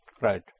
Right